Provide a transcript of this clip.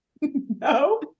No